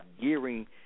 gearing